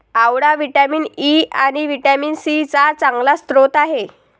आवळा vitamin E आणि vitamin C चा चांगला स्रोत आहे